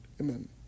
Amen